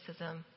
racism